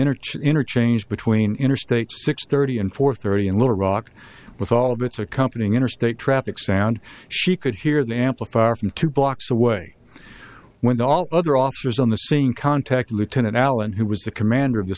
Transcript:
interchange interchange between interstate six thirty and four thirty in little rock with all of its accompanying interstate traffic sound she could hear the amplifier from two blocks away when the all other officers on the scene contact lieutenant allen who was the commander of the